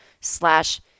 slash